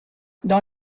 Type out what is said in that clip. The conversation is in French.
dans